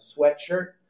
sweatshirt